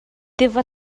tiva